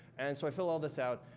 and so, i filled all this out,